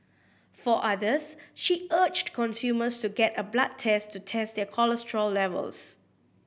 for others she urged consumers to get a blood test to test their cholesterol levels